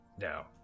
No